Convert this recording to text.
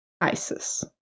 Isis